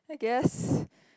I guess